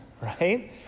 right